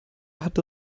hatte